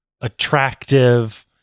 attractive